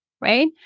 right